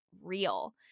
real